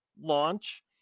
launch